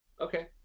Okay